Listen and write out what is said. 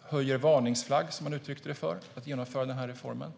höjer varningsflagg, som man uttryckte det, mot att genomföra reformen.